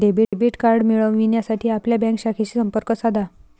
debit credit card मिळविण्यासाठी आपल्या bank शाखेशी संपर्क साधा